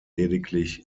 lediglich